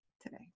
today